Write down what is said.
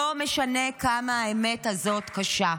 לא משנה כמה האמת הזאת קשה.